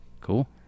cool